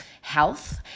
health